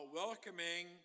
welcoming